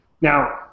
Now